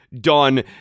done